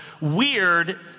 weird